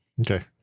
Okay